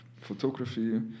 photography